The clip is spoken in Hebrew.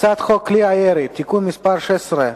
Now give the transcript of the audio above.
הצעת חוק כלי הירייה (תיקון מס' 16),